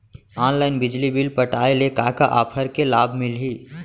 Online बिजली bill पटाय ले का का ऑफ़र के लाभ मिलही?